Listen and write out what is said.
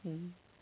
um